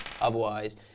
Otherwise